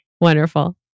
Wonderful